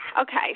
Okay